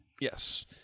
Yes